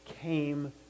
came